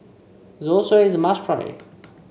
zosui is a must try